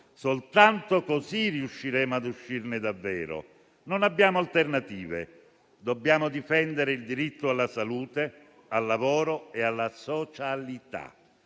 Soltanto così riusciremo ad uscirne davvero. Non abbiamo alternative: dobbiamo difendere il diritto alla salute, al lavoro e alla socialità.